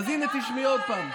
אז הינה, תשמעי עוד פעם.